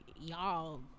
y'all